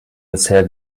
bisher